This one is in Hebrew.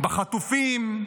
בחטופים,